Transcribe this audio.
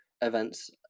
events